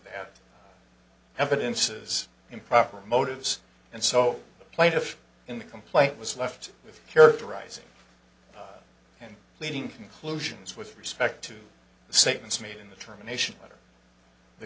that evidences improper motives and so the plaintiff in the complaint was left with characterizing and pleading conclusions with respect to the statements made in the terminations whether the